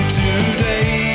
today